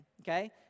okay